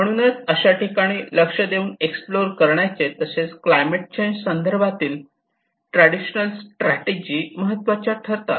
म्हणूनच अशा ठिकाणी लक्ष देऊन एक्सप्लोर करण्याचे तसेच क्लायमेट चेंज संदर्भातील ट्रॅडिशनल स्ट्रॅटेजी महत्त्वाच्या ठरतात